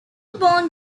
bon